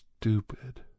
stupid